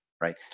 right